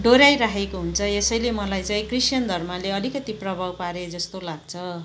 डोहोऱ्याइ राखेको हुन्छ यसैले मलाई चाहिँ क्रिस्चियन धर्मले अलिकती प्रभाव पारे जस्तो लाग्छ